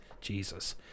Jesus